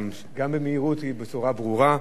גם במהירות היא בצורה ברורה.